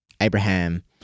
Abraham